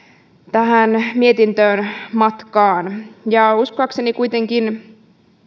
tähän mietintöön matkaan uskoakseni kuitenkin